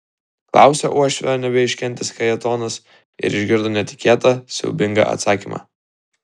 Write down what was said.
klausia uošvio nebeiškentęs kajetonas ir išgirdo netikėtą siaubingą atsakymą